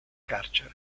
carcere